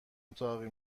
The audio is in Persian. اتاقی